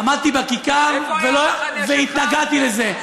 עמדתי בכיכר ולא, והתנגדתי לזה.